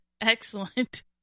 Excellent